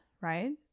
right